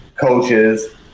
coaches